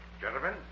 Gentlemen